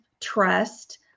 trust